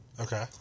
Okay